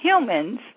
humans